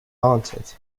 haunted